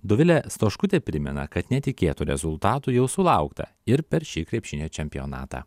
dovilė stoškutė primena kad netikėtų rezultatų jau sulaukta ir per šį krepšinio čempionatą